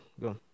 go